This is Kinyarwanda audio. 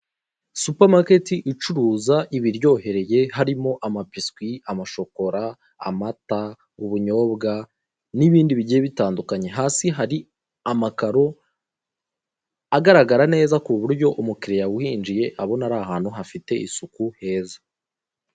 Supamaketi icuruza ibiryohereye harimo amabiswi amashokora amata ubunyobwa n'ibindi bigiye bitandukanye. Hasi hari amakaro agaragara neza ku buryo umukiriya uhinjiye abona ari ahantu hafite isuku heza.